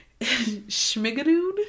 Schmigadoon